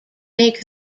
make